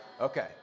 Okay